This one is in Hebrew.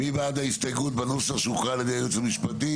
מי בעד ההסתייגות בנוסח שהוקרא על ידי היועץ המשפטי?